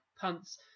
punts